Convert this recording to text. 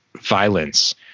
violence